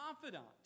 confidant